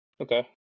Okay